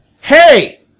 Hey